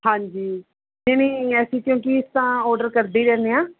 ਹਾਂਜੀ ਨਹੀਂ ਨਹੀਂ ਅਸੀਂ ਕਿਉਂਕਿ ਅਸੀਂ ਤਾਂ ਔਡਰ ਕਰਦੇ ਹੀ ਰਹਿੰਦੇ ਹਾਂ